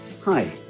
Hi